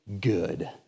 good